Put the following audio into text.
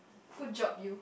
good job you